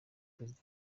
perezida